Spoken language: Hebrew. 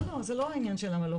לא לא, זה לא העניין של למה לא.